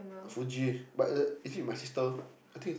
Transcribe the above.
Fuji but is it with my sister I think